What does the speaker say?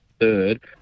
third